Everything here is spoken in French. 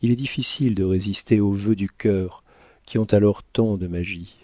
il est difficile de résister aux vœux du cœur qui ont alors tant de magie